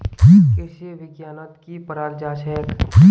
कृषि विज्ञानत की पढ़ाल जाछेक